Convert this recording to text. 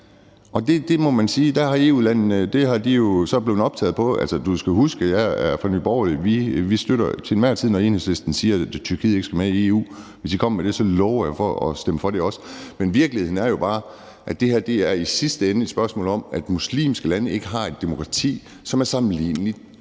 der må man sige, at det er EU-landene jo så blevet optaget på. Altså, du skal huske, at jeg er fra Nye Borgerlige. Vi støtter til enhver tid, når Enhedslisten siger, at Tyrkiet ikke skal med i EU. Hvis I kommer med det, lover jeg at stemme for det. Men virkeligheden er jo bare, at det her i sidste ende er et spørgsmål om, at muslimske lande ikke har demokrati, som er sammenligneligt